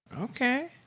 Okay